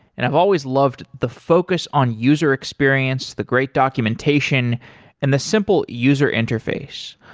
and i've always loved the focus on user experience, the great documentation and the simple user interface.